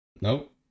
Nope